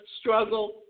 struggle